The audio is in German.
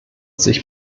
sich